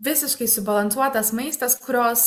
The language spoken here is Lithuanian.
visiškai subalansuotas maistas kurios